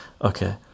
Okay